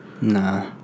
Nah